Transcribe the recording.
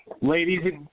ladies